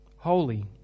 Holy